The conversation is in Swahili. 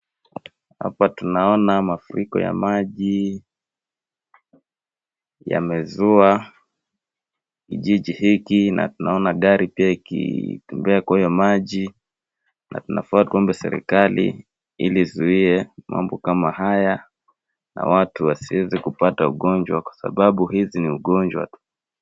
Hapa tunaona mafuriko ya maji, yamezua kijiji hiki na tunaona gari pia ikitembea kwa hiyo maji na tunafaa tuombe serikali ili izuie mambo kama haya na watu wasiweze kupata ugonjwa kwa sababu hizi ni ugonjwa...